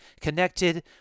connected